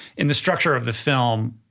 in the structure of the film,